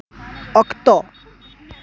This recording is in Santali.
ᱚᱠᱛᱚ